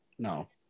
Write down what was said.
No